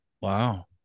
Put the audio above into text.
Wow